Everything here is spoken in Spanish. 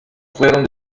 fueron